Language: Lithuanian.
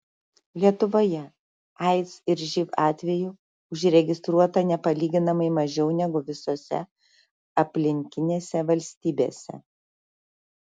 lietuvoje aids ir živ atvejų užregistruota nepalyginamai mažiau negu visose aplinkinėse valstybėse